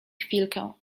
chwilkę